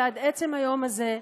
ועד עצם היום הזה,